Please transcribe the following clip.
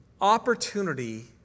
opportunity